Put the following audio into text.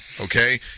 okay